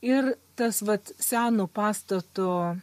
ir tas vat seno pastato